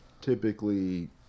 typically